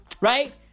Right